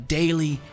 daily